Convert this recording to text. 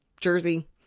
jersey